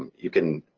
um you can